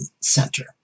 center